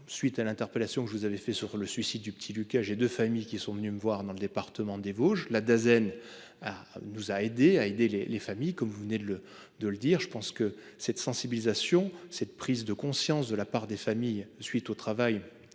Suite à l'interpellation que vous avez fait sur le suicide du petit Lucas de familles qui sont venus me voir dans le département des Vosges là Dasen à nous a aidé à aider les les familles comme vous venez de le, de le dire, je pense que cette sensibilisation cette prise de conscience de la part des familles. Suite au travail